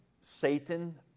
Satan